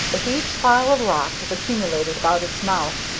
a huge pile of rock has accumulated about its mouth.